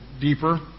deeper